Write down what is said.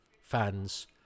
fans